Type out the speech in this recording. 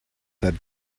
that